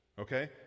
Okay